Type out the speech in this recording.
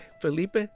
Felipe